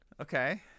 Okay